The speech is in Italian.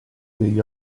degli